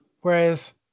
Whereas